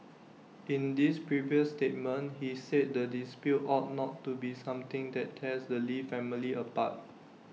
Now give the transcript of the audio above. in this previous statement he said the dispute ought not to be something that tears the lee family apart